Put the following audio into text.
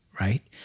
right